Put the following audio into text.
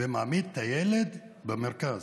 ומעמיד את הילד במרכז,